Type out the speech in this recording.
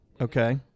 okay